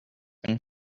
been